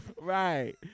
Right